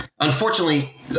Unfortunately